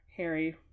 Harry